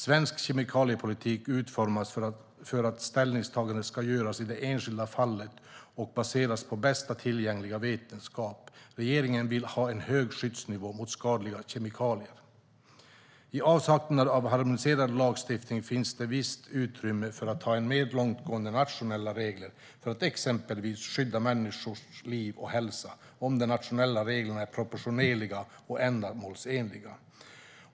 Svensk kemikaliepolitik utformas för att ställningstagande ska göras i det enskilda fallet baserat på bästa tillgängliga vetenskap. Regeringen vill ha en hög skyddsnivå mot skadliga kemikalier. I avsaknad av harmoniserad lagstiftning finns det ett visst utrymme för att ha mer långtgående nationella regler för att exempelvis skydda människors liv och hälsa om de nationella reglerna är proportionerliga och ändamålsenliga.